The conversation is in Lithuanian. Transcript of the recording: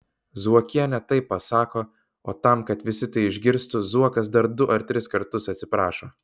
zuokienė taip pasako o tam kad visi tai išgirstų zuokas dar du ar tris kartus atsiprašo